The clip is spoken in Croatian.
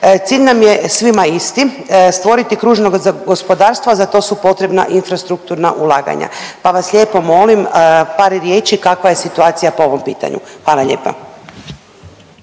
Cilj nam je svima isti stvoriti kružno gospodarstvo, a za to su potrebna infrastrukturna ulaganja, pa vas lijepo molim par riječi kakva je situacija po ovom pitanju? Hvala lijepa.